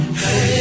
hey